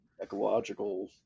ecological